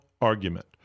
argument